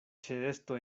ĉeesto